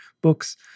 books